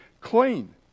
clean